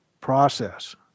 process